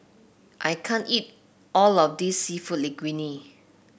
I can't eat all of this seafood Linguine